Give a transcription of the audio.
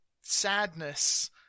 sadness